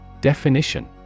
Definition